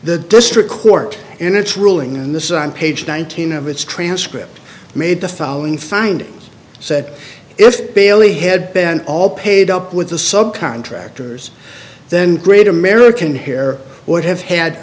the district court in its ruling and this is on page nineteen of its transcript made the following findings said if bailey had been all paid up with the sub contractors then great american here would have had